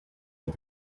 had